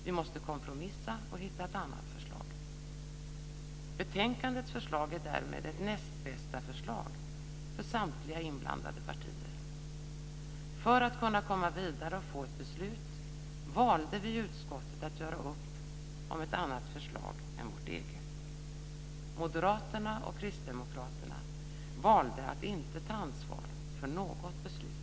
Vi måste kompromissa och hitta ett annat förslag. Betänkandets förslag är därmed ett näst-bästa-förslag för samtliga inblandade partier. För att kunna komma vidare och få ett beslut valde vi i utskottet att göra upp om ett annat förslag än vårt eget. Moderaterna och Kristdemokraterna valde att inte ta ansvar för något beslut.